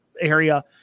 area